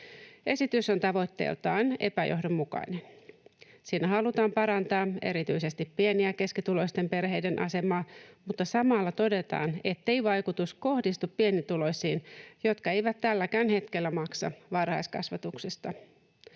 Esitys on tavoitteeltaan epäjohdonmukainen. Sillä halutaan parantaa erityisesti pieni- ja keskituloisten perheiden asemaa, mutta samalla todetaan, ettei vaikutus kohdistuu pienituloisiin, jotka eivät tälläkään hetkellä maksa varhaiskasvatuksesta.